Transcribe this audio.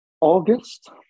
August